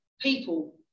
people